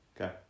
Okay